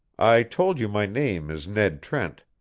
i told you my name is ned trent,